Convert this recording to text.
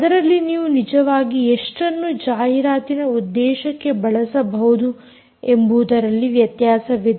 ಅದರಲ್ಲಿ ನೀವು ನಿಜವಾಗಿ ಎಷ್ಟನ್ನು ಜಾಹಿರಾತಿನ ಉದ್ದೇಶಕ್ಕೆ ಬಳಸಬಹುದು ಎಂಬುವುದರಲ್ಲಿ ವ್ಯತ್ಯಾಸವಿದೆ